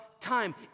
time